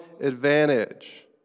advantage